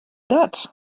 that